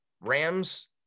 Rams